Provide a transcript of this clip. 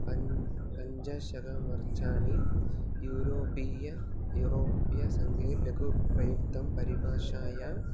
पञ्च पञ्जशतवर्षाणि यूरोपीय यूरोप्य सङ्गे लघुप्रयुक्तं परिभाषा